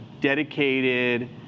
dedicated